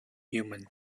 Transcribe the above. human